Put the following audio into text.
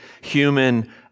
human